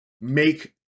make